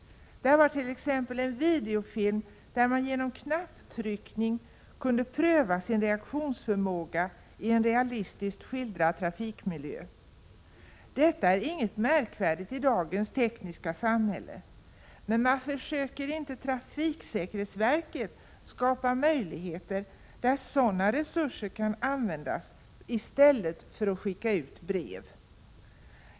Det fanns t.ex. en videofilm, där man genom knapptryckning kunde pröva sin reaktionsförmåga i en realistisk skildrad trafikmiljö. Detta är ju ingenting märkvärdigt i dagens tekniska samhälle. Men varför försöker inte trafiksäkerhetsverket skapa möjligheter där sådana resurser kan användas, i stället för att skicka ut brev?